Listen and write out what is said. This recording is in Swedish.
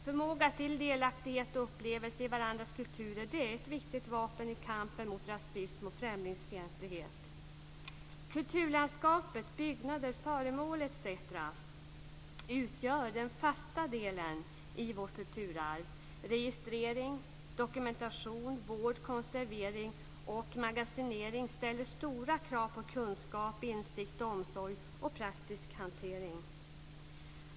Förmåga till delaktighet och upplevelse i varandras kulturer är ett viktigt vapen i kampen mot rasism och främlingsfientlighet. Kulturlandskapet, byggnader, föremål, etc. utgör den fasta delen i vårt kulturarv. Registrering, dokumentation, vård, konservering och magasinering ställer stora krav på kunskap, insikt, omsorg och praktisk hantering.